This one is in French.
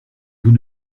vous